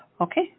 okay